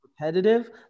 repetitive